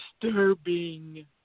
disturbing